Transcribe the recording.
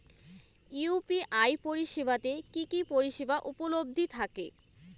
UPI পরিষেবা তে কি কি পরিষেবা উপলব্ধি থাকে?